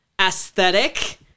aesthetic